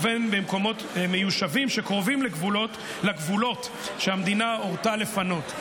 ובין במקומות מיושבים שקרובים לגבולות שהמדינה הורתה לפנות.